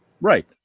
Right